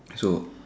so